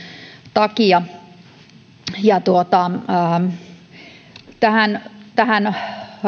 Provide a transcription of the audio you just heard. takia tähän tähän